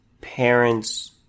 parents